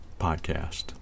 podcast